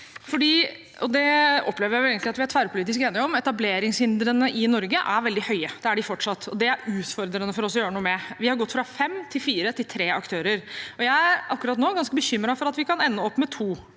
jeg vel egentlig at vi er tverrpolitisk enige om. Etableringshindringene i Norge er veldig høye, det er de fortsatt, og det er utfordrende for oss å gjøre noe med. Vi har gått fra fem til fire til tre aktører, og jeg er akkurat nå ganske bekymret for at vi kan ende opp med to